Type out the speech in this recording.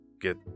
get